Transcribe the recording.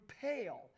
pale